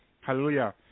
Hallelujah